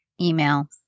email